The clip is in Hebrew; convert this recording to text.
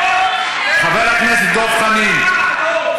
חבר הכנסת דב חנין,